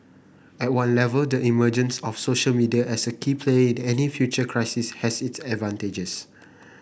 at one level the emergence of social media as a key player in any future crisis has its advantages